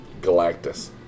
Galactus